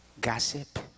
Gossip